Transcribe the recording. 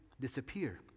disappear